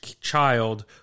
child